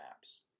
maps